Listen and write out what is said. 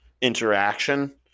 interaction